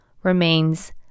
remains